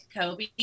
Kobe